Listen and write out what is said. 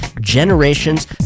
generations